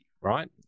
right